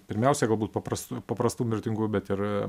pirmiausia galbūt paprastu paprastų mirtingųjų bet ir